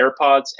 AirPods